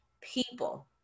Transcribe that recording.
people